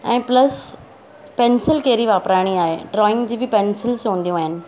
ऐं plus pencil कहिड़ी वापराइणी आहे ड्रॉइंग जी बि पेन्सिल्स हूंदियूं आहिनि